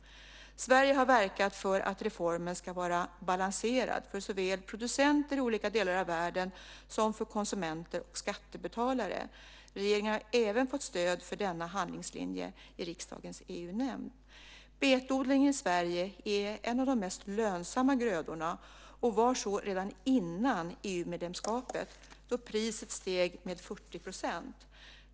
Sverige har verkat för att reformen ska vara balanserad för såväl producenter i olika delar av världen som för konsumenter och skattebetalare. Regeringen har även fått stöd för denna handlingslinje i riksdagens EU-nämnd. Betodlingen i Sverige är en av de mest lönsamma grödorna och var så redan innan EU-medlemskapet då priset steg med 40 %.